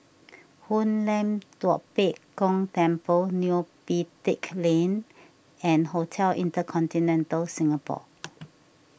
Hoon Lam Tua Pek Kong Temple Neo Pee Teck Lane and Hotel Intercontinental Singapore